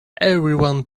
everyone